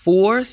Four